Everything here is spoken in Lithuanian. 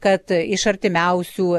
kad iš artimiausių